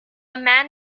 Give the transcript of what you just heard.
man